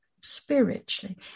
spiritually